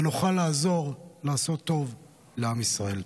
ונוכל לעזור לעשות טוב לעם ישראל,